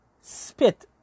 spit